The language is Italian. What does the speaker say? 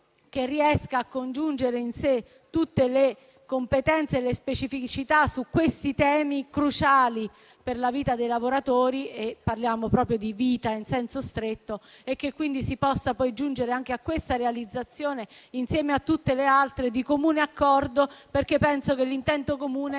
che riesca a congiungere in sé tutte le competenze e le specificità su questi temi cruciali per la vita dei lavoratori, perché parliamo proprio di vita in senso stretto. Ci auguriamo quindi che si possa giungere anche a questa realizzazione, insieme a tutte le altre, di comune accordo, perché penso che l'intento comune